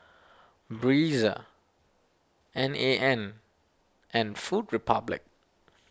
Breezer N A N and Food Republic